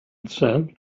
said